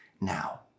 now